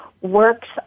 works